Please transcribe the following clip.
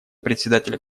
председателя